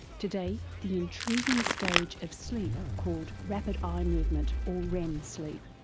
today, the intriguing stage of sleep called rapid eye movement or rem sleep.